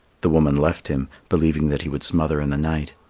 the woman left him, believing that he would smother in the night,